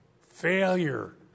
failure